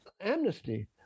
amnesty